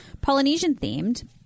Polynesian-themed